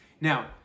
Now